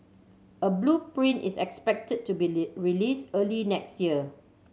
a blueprint is expected to be Lee released early next year